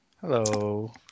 hello